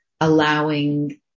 allowing